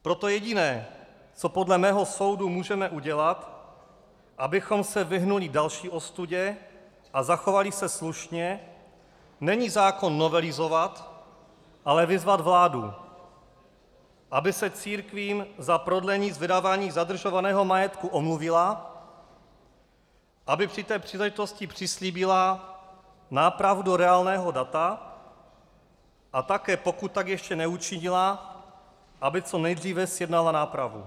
Proto jediné, co podle mého soudu můžeme udělat, abychom se vyhnuli další ostudě a zachovali se slušně, není zákon novelizovat, ale vyzvat vládu, aby se k církvím za prodlení s vydáváním zadržovaného majetku omluvila, aby při té příležitosti přislíbila nápravu do reálného data, a také, pokud tak ještě neučinila, aby co nejdříve zjednala nápravu.